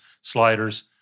sliders